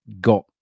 got